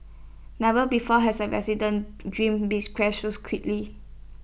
never before has A resident's dream been dashed so quickly